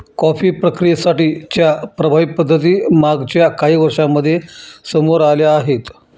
coffee प्रक्रियेसाठी च्या प्रभावी पद्धती मागच्या काही वर्षांमध्ये समोर आल्या आहेत